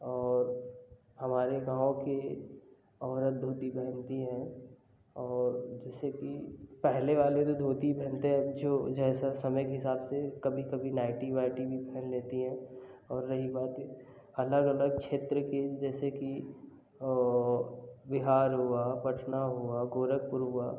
और हमारे गाँव के औरत धोती पहनती हैं और जैसे कि पहले वाले जो धोती पहनते जो जैसा समय के हिसाब से कभी कभी नाइटी वाइटी भी पहन लेती हैं और रही बात अलग अलग क्षेत्र की जैसे कि बिहार हुआ पटना हुआ गोरखपुर हुआ